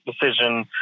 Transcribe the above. decision